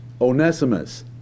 Onesimus